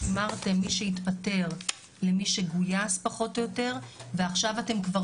שימרתם מי שהתפטר למי שגיוס פחות או יותר ועכשיו אתם כבר